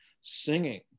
singing